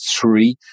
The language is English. three